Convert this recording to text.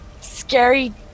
scary